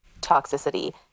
toxicity